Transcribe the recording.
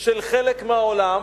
של חלק מהעולם,